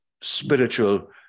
Spiritual